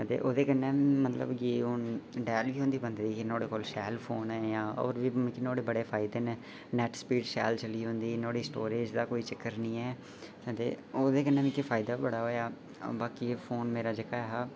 ओह्दे कन्नै जे मतलब जे हुन डैल बी हुंदी बंदे दी के नुआढ़े कोल शैल फोन ऐ जां होर बी मिकी न्हाड़े बड़़े फायदे न नैट स्पीड शैल चली दी औंदी नुआढ़ी स्टोरेज दा कोई चक्कर नेई ऐ ते ओह्दे कन्नै मिगी फायदा बी बड़ा होआ बाकी फोन मेरा जेह्का ऐ हा